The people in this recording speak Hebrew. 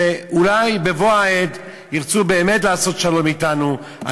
ואולי בבוא העת ירצו באמת לעשות שלום אתנו.